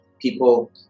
people